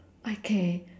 okay